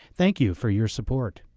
thank you for your support.